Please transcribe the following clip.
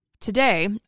Today